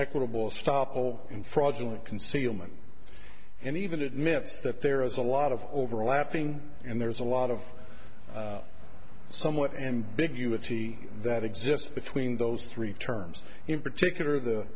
equitable stoppel in fraudulent concealment and even admits that there is a lot of overlapping and there's a lot of somewhat ambiguity that exists between those three terms in particular the